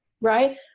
Right